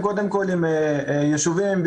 זה לא